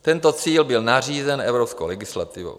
Tento cíl byl nařízen evropskou legislativou.